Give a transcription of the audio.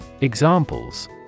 Examples